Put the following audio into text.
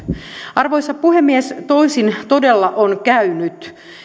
arvoisa puhemies toisin todella on käynyt